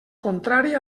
contrari